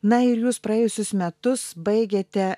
na ir jūs praėjusius metus baigėte